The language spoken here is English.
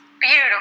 Beautiful